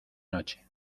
noche